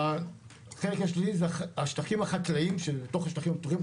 החלק השלישי הם השטחים החקלאים שבתוך השטחים הפתוחים,